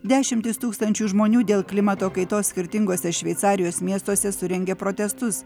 dešimtys tūkstančių žmonių dėl klimato kaitos skirtinguose šveicarijos miestuose surengė protestus